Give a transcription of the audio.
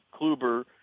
Kluber